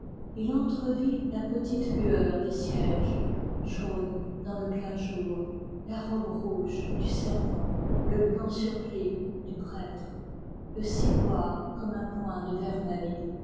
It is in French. il entrevit la petite lueur des cierges jaune dans le plein jour la robe rouge du servant le blanc surplis du prêtre le ciboire comme un point de vermeil